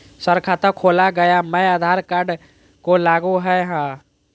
Sir खाता खोला गया मैं आधार कार्ड को लागू है हां?